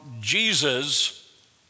Jesus